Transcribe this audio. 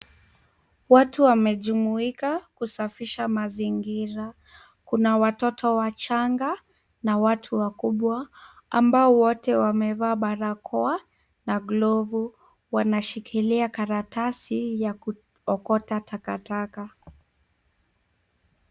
Watu wamejumuika kusafisha mazingira. Kuna watoto wachanga na watu wakubwa ambao wote wamevaa barakoa na glavu wanashikilia karatasi ya kuokota takataka.